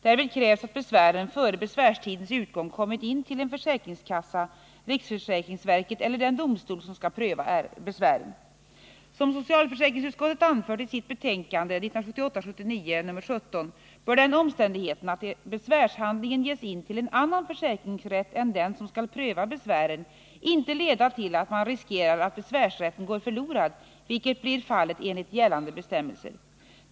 Därvid krävs att besvären före besvärstidens utgång kommit in till en försäkringskassa, riksförsäkringsverket eller den domstol som skall pröva besvären. 21 Som socialförsäkringsutskottet anfört i sitt betänkande 1978/79:17 bör den omständigheten att besvärshandlingen ges in till en annan försäkringsrätt än den som skall pröva besvären inte leda till att man riskerar att besvärsrätten går förlorad, vilket blir fallet enligt gällande bestämmelser.